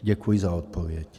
Děkuji za odpověď.